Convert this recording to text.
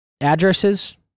addresses